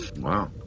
Wow